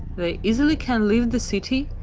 they easily can leave the city,